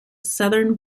southern